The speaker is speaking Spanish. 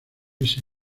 este